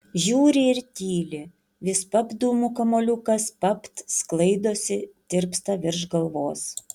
žiūri ir tyli vis papt dūmų kamuoliukas papt sklaidosi tirpsta virš galvos